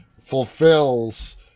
fulfills